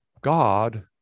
God